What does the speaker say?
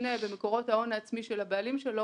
תותנה במקורות ההון העצמי של הבעלים שלו,